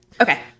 Okay